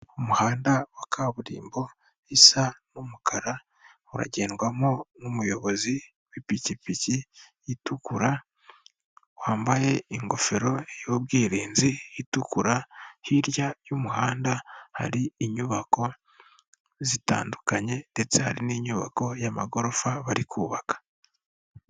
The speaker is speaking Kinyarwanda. Umuhanda wa kaburimbo isa n'umukara uragendwamo n'umuyobozi w'ipikipiki itukura, wambaye ingofero y'ubwirinzi itukura hirya y'umuhanda hari inyubako zitandukanye ndetse hari n'inyubako y'amagorofa bari kubaka.